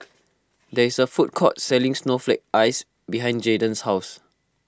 there is a food court selling Snowflake Ice behind Jaiden's house